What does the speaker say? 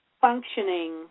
functioning